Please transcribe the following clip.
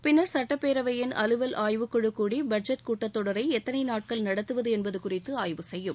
பின்னா் சட்டப்பேரவையின் அலுவல் ஆய்வுக்குழு கூடி பட்ஜெட் கூட்டத்தொடரை எத்தனை நாட்கள் நடத்துவது என்பது குறித்து ஆய்வு செய்யும்